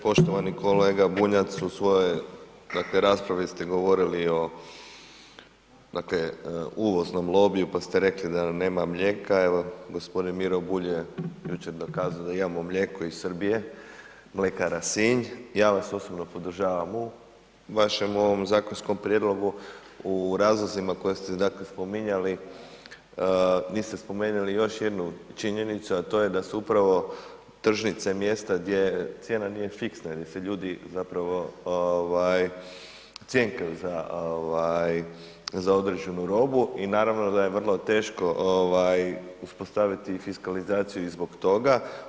Poštovani kolega Banjac u svojoj, dakle, raspravi ste govorili o, dakle, uvoznom lobiju, pa ste rekli da nema mlijeka, evo g. Miro Bulj je jučer dokazao da imamo mlijeko iz Srbije, Mlekara Sinj, ja vas osobno podržavam u vašem ovom zakonskom prijedlogu u razlozima koje ste, dakle, spominjali, niste spomenuli još jednu činjenicu, a to je da su upravo tržnice mjesta gdje cijena nije fiksna jer se ljudi zapravo cjenkaju za određenu robu i naravno da je vrlo teško uspostaviti fiskalizaciju i zbog toga.